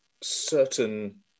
certain